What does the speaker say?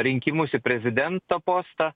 rinkimus į prezidento postą